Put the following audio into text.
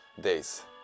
days